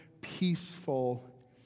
peaceful